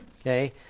okay